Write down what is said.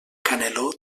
caneló